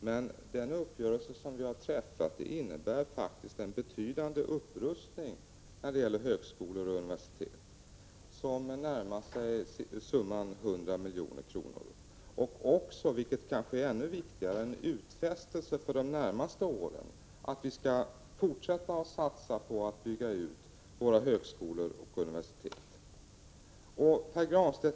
Men den uppgörelse som vi träffat innebär faktiskt en betydande upprustning av högskolor och universitet för närmare 100 miljoner och också, vilket kanske är ännu viktigare, en utfästelse för de närmaste åren att vi skall fortsätta att satsa på att bygga ut våra högskolor och universitet.